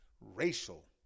racial